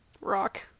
rock